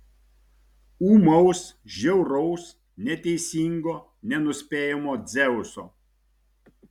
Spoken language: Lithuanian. ūmaus žiauraus neteisingo nenuspėjamo dzeuso